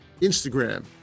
Instagram